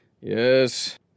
Yes